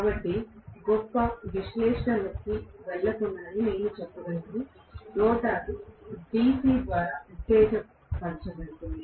కాబట్టి గొప్ప విశ్లేషణ లోకి వెళ్ళకుండానే నేను చెప్పగలను రోటర్ DC ద్వారా ఉత్తేజపరచబడుతుంది